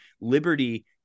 liberty